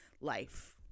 life